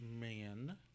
man